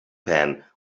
pan